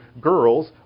girls